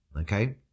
Okay